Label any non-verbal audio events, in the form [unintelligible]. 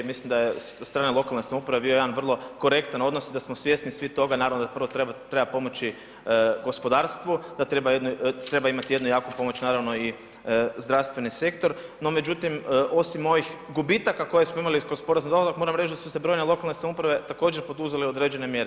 Mislim da je sa strane lokalne samouprave bio jedan vrlo korektan odnos i da smo svjesni svi toga, naravno da prvo treba pomoći gospodarstvu, da treba imati jednu, jako pomoć, naravno i zdravstveni sektor, no međutim, osim ovih gubitaka koje smo imali kroz ... [unintelligible] moram reći da su se brojne lokalne samouprave također, poduzele određene mjere.